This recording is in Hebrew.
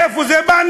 מאיפה זה בא?